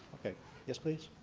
okay yes please?